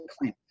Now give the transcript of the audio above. claim